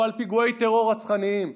אבל פיגועי טרור רצחניים,